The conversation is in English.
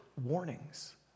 warnings